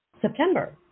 September